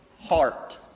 heart